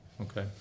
okay